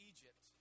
Egypt